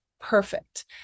perfect